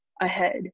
ahead